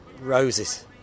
roses